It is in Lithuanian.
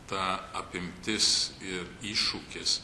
ta apimtis ir iššūkis